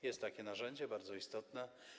Jest takie narzędzie, bardzo istotne.